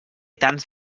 tants